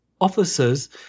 officers